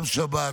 גם שבת,